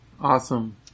awesome